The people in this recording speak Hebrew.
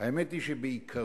האמת היא שבעיקרון